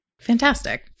Fantastic